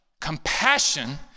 compassion